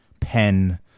pen